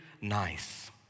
nice